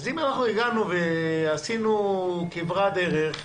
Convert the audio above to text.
אז אם הגענו ועשינו כברת דרך,